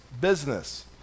business